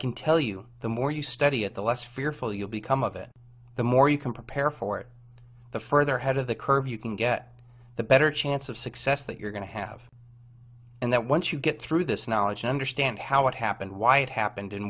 can tell you the more you study it the less fearful you become of it the more you can prepare for it the further head of the curve you can get the better chance of success that you're going to have and that once you get through this knowledge understand how it happened why it happened